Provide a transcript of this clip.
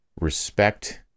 respect